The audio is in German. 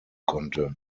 konnte